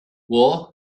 war